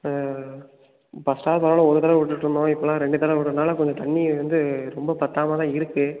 பத்தா குறனால ஒரு தடவை விட்டுட்ருந்தோம் இப்போல்லாம் ரெண்டு தடவை விட்டுறனால கொஞ்சம் தண்ணி வந்து ரொம்ப பத்தாமல்தான் இருக்கு